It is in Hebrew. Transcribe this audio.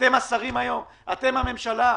אתם השרים היום, אתם הממשלה.